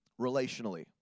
relationally